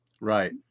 Right